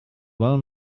well